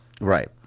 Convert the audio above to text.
Right